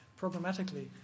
programmatically